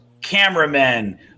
Cameramen